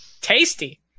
Tasty